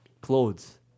clothes